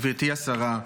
גברתי השרה,